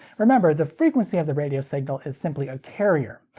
remember, the frequency of the radio signal is simply a carrier.